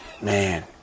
man